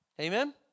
Amen